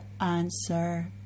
answer